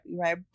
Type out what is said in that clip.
right